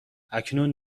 اکنون